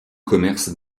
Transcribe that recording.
commerces